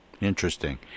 Interesting